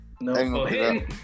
No